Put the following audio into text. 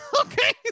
Okay